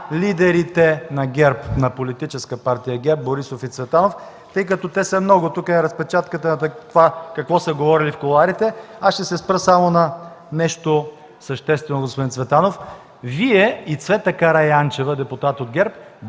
на лидерите на Политическа партия ГЕРБ Борисов и Цветанов, тъй като те са много. Тук е разпечатката на това какво са говорили в кулоарите. Аз ще се спра само на нещо съществено, господин Цветанов. Вие и Цвета Караянчева – депутат от ГЕРБ,